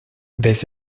this